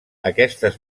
aquestes